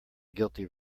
guilty